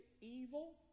evil